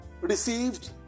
received